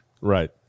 Right